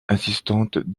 assistante